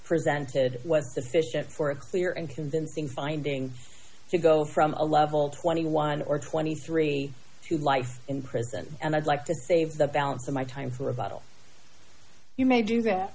presented was sufficient for a clear and convincing finding to go from a level twenty one or twenty three to life in prison and i'd like to save the balance of my time for a bottle you may do that